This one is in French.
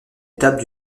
étape